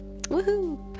Woohoo